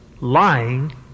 Lying